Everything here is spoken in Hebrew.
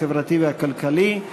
החברתי והכלכלי.